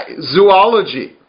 zoology